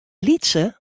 lytse